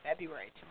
February